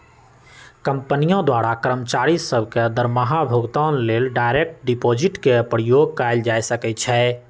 कंपनियों द्वारा कर्मचारि सभ के दरमाहा भुगतान लेल डायरेक्ट डिपाजिट के प्रयोग कएल जा सकै छै